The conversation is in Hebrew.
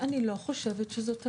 אני לא חושבת שזאת הגזמה.